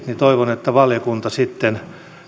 niin toivon että valiokunta sitten